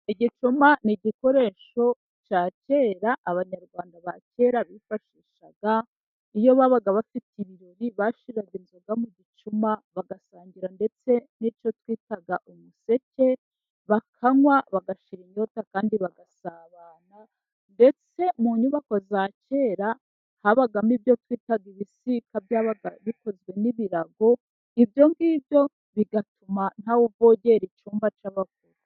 Igicuma ni igikoresho cya kera, abanyarwanda ba kera bifashishaga, iyo babaga bafite ibirori, bashyiraga inzoga mu gicuma, bagasangira, ndetse n'icyo twitaga umuseke bakanywa, bagashyira inyota kandi bagasabana, ndetse mu nyubako za kera habagamo ibyo twitaga ibisigaka byabaga bikozwe n'ibirago, ibyo ngibyo, bigatuma ntawuvogera icyumba cy'abapfumu.